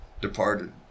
Departed